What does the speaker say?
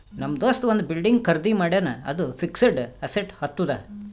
ನಮ್ ದೋಸ್ತ ಒಂದ್ ಬಿಲ್ಡಿಂಗ್ ಖರ್ದಿ ಮಾಡ್ಯಾನ್ ಅದು ಫಿಕ್ಸಡ್ ಅಸೆಟ್ ಆತ್ತುದ್